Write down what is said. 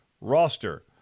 roster